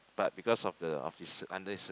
but because of the of his under